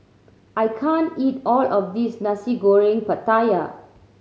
I can't eat all of this Nasi Goreng Pattaya